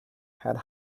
had